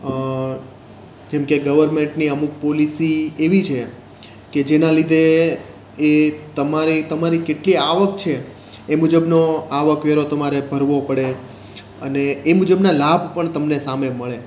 જેમકે ગવર્મેન્ટની અમુક પોલિસી એવી છે કે જેના લીધે એ તમારી તમારી કેટલી આવક છે એ મુજબનો આવકવેરો તમારે ભરવો પડે અને એ મુજબના લાભ પણ તમને સામે મળે